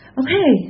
okay